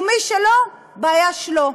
ומי שלא, בעיה שלו.